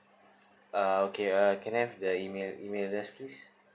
uh okay uh can I have the email email address please